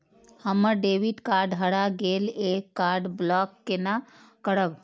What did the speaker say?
हमर debit card हरा गेल ये कार्ड ब्लॉक केना करब?